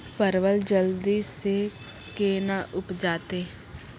परवल जल्दी से के ना उपजाते?